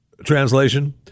translation